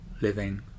Living